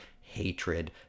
hatred